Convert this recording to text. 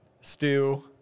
stew